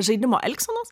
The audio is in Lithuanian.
žaidimo elgsenos